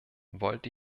wollte